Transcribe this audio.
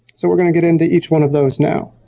so we're gonna get into each one of those now.